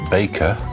Baker